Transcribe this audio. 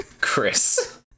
Chris